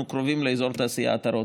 אנחנו קרובים לאזור התעשייה עטרות.